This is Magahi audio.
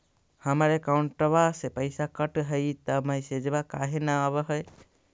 हमर अकौंटवा से पैसा कट हई त मैसेजवा काहे न आव है?